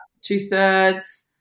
two-thirds